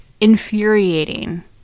infuriating